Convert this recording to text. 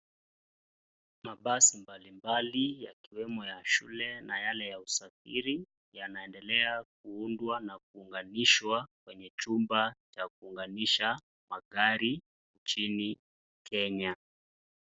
Mabasi mbalimbali yakiwemo ya shule na yale ya usafiri yanaendelea kuudwa na kuuganishwa kwenye chumba cha kuuganisha magari nchini Kenya.